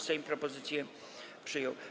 Sejm propozycję przyjął.